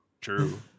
true